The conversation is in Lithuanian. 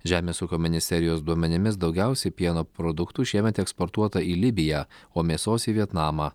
žemės ūkio ministerijos duomenimis daugiausiai pieno produktų šiemet eksportuota į libiją o mėsos į vietnamą